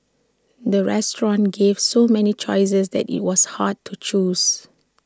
the restaurant gave so many choices that IT was hard to choose